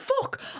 fuck